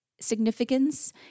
significance